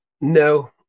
No